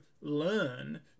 learn